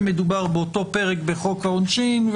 ומדובר באותו פרק בחוק העונשין.